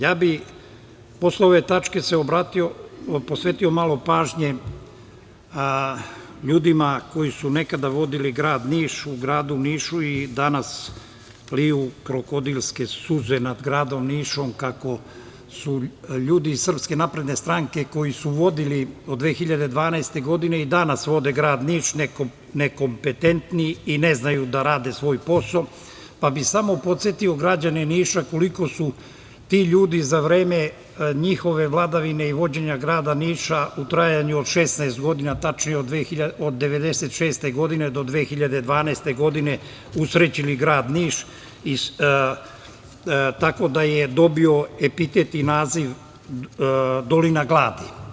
Ja bih posle ove tačke posvetio malo pažnje ljudima koji su nekada vodili grad Niš, u gradu Nišu i danas liju krokodilske suze nad gradom Nišom kako su ljudi iz SNS koji su vodili od 2012. godine i danas vode grad Niš, nekompetentni i ne znaju da rade svoj posao, pa bih samo podsetio građane Niša koliko su ti ljudi za vreme njihove vladavine i vođenja grada Niša u trajanju od 16 godina, tačnije od 1996. do 2012. godine, usrećili grad Niš, tako da je dobio epitet i naziv – dolina gladi.